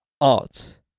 art